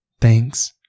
Thanks